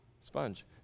sponge